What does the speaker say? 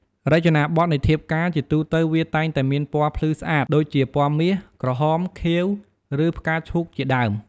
រចនាបថនៃធៀបការ ជាទូទៅវាតែងតែមានពណ៌ភ្លឺស្អាត ដូចជា ពណ៌មាស ក្រហម ខៀវ ឬ ផ្កាឈូកជាដើម។